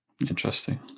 Interesting